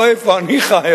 לא איפה אני חי,